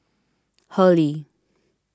Hurley